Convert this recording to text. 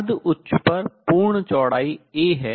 अर्ध उच्च पर पूर्ण चौड़ाई A है